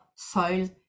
soil